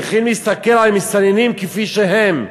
צריכים להסתכל על המסתננים כפי שהם.